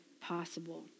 possible